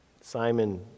Simon